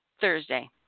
Thursday